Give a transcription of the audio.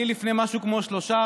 לפני משהו כמו שלושה,